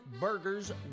burgers